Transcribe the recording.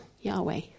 Yahweh